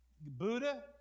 Buddha